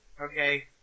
okay